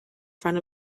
front